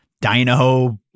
dino